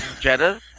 Jetta